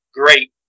great